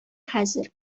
хәзер